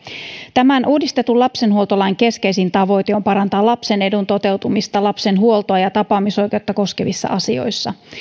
tämän uudistetun lapsenhuoltolain keskeisin tavoite on parantaa lapsen edun toteutumista lapsen huoltoa ja tapaamisoikeutta koskevissa asioissa